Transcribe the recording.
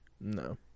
No